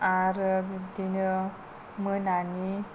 आरो बिब्दिनो मोनानि